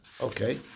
Okay